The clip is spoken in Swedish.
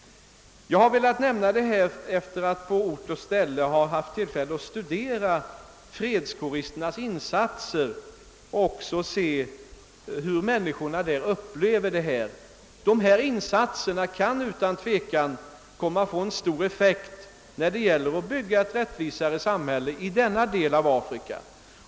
Jag har velat nämna detta efter att på ort och ställe ha haft tillfälle att studera fredskåristernas insatser och även fått se hur människorna där upplever deras arbete. Dessa insatser kan utan tvivel komma att få en stor effekt när det gäller att bygga ett rättvisare samhälle i denna del av Afrika.